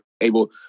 able